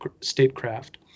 Statecraft